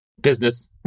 Business